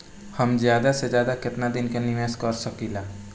हम ज्यदा से ज्यदा केतना दिन के निवेश कर सकिला?